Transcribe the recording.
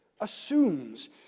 assumes